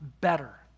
better